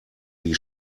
die